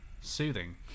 soothing